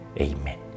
Amen